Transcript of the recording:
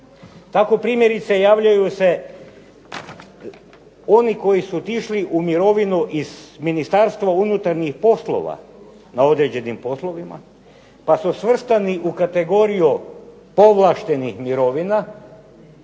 Tako primjerice javljaju se oni koji su otišli u mirovinu iz Ministarstva unutarnjih poslova na određenim poslovima, pa su svrstani u kategoriju povlaštenih mirovina,